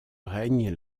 règne